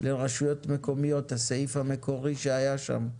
לרשויות המקומיות הסעיף המקורי שהיה שם,